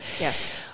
Yes